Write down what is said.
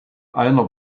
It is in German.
einer